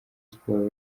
sports